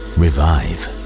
revive